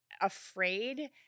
afraid